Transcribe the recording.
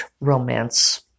romance